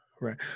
right